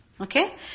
Okay